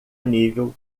nível